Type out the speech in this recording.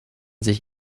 sich